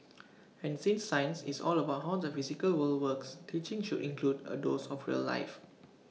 and since science is all about how the physical world works teaching should include A dose of real life